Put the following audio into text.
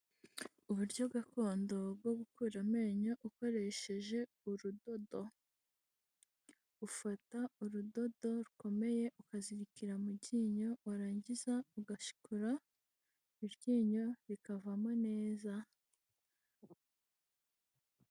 Uburyo gakondo bwo gukura amenyo ukoresheje urudodo, ufata urudodo rukomeye ukazirikira mu ryinyo, warangiza ugashikura iryinyo rikavamo neza.